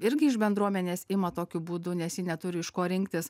irgi iš bendruomenės ima tokiu būdu nes ji neturi iš ko rinktis